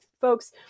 folks